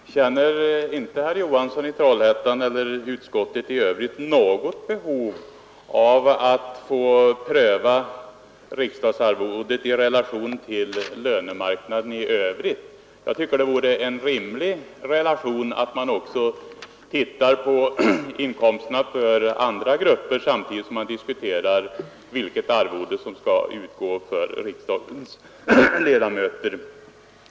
Herr talman! Känner inte herr Johansson i Trollhättan eller de övriga i utskottet något behov av att få pröva riksdagsarvodet i relation till lönemarknaden i övrigt? Jag tycker det är rimligt att man också ser på inkomsterna i andra grupper samtidigt som man diskuterar vilket arvode som skall utgå till riksdagens ledamöter.